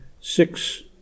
six